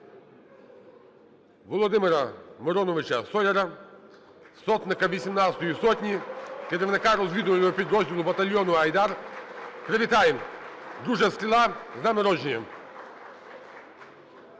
Володимира Мироновича Соляра, сотника 18 сотні, керівника розвідувального підрозділу батальйону "Айдар". Привітаємо, друже "Стріла", з Днем народження.